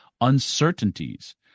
uncertainties